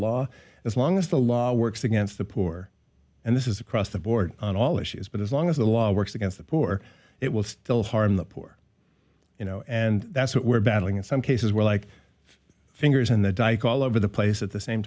law as long as the law works against the poor and this is across the board on all issues but as long as the law works against the poor it will still harm the poor you know and that's what we're battling in some cases we're like fingers in the dike all over the place at the same